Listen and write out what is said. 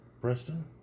Preston